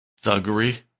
thuggery